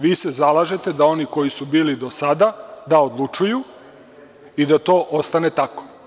Vi se zalažete da oni koji su bili do sada, da odlučuju i da to ostane tako?